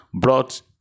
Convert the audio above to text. brought